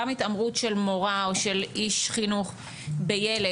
גם התעמרות של מורה או של איש חינוך בילד,